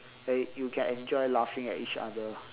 then you can enjoy laughing at each other